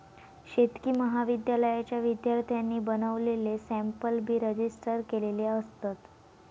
शेतकी विद्यालयाच्या विद्यार्थ्यांनी बनवलेले सॅम्पल बी रजिस्टर केलेले असतत